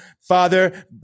Father